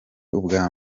ubwa